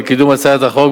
על קידום הצעת החוק,